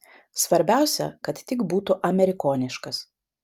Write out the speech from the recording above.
svarbiausia kad tik būtų amerikoniškas